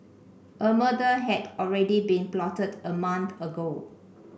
a murder had already been plotted a month ago